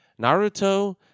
Naruto